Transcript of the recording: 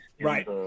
right